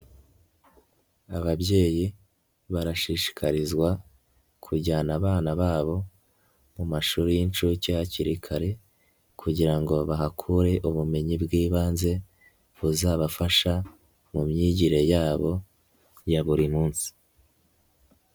Ababyeyi barashishikarizwa kujyana abana babo mu mashuri y'inshuke hakiri kare, kugira ngo bahakure ubumenyi bw'ibanze buzabafasha mu myigire yabo ya buri munsi.